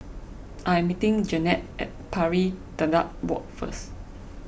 I am meeting Jeannette at Pari Dedap Walk first